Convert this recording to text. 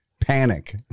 panic